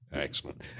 Excellent